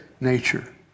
nature